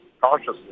cautiously